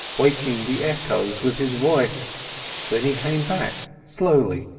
waking the echoes with his voice then he came back slowly,